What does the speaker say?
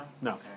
No